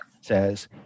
says